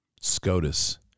SCOTUS